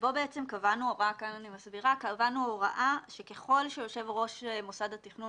ובו בעצם קבענו הוראה שככל שיושב-ראש מוסד התכנון